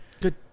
Good